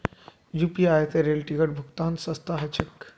UPI स rail ticket भुक्तान सस्ता ह छेक